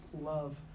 love